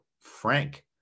Frank